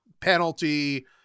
penalty